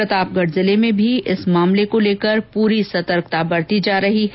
प्रतापगढ़ जिले में भी इस मामले को लेकर पूरी सतर्कता बरती जा रही है